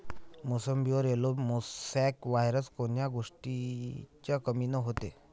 मोसंबीवर yellow mosaic virus कोन्या गोष्टीच्या कमीनं होते?